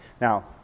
now